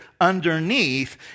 underneath